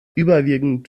überwiegend